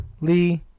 Lee